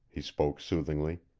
he spoke soothingly.